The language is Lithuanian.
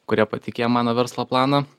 kurie patikėjo mano verslo planą